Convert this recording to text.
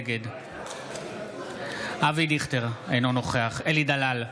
נגד אבי דיכטר, אינו נוכח אלי דלל,